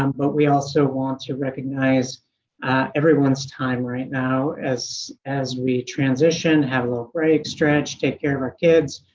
um but we also want to recognize everyone's time right now as as we transition have little. break, stretch, take care of our kids.